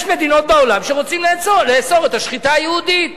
יש מדינות בעולם שרוצים לאסור את השחיטה היהודית.